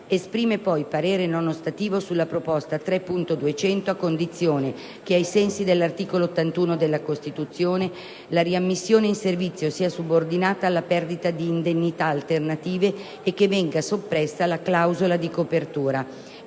Esprime poi parere non ostativo sulla proposta 3.200, a condizione che, ai sensi dell'articolo 81 della Costituzione, la riammissione in servizio sia subordinata alla perdita di indennità alternative e che venga soppressa la clausola di copertura.